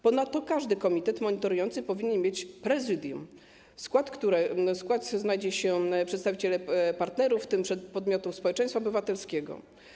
Ponadto każdy komitet monitorujący powinien mieć prezydium, w którego składzie znajdą się przedstawiciele partnerów, w tym podmiotów społeczeństwa obywatelskiego.